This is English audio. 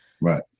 Right